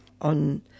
on